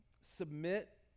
submit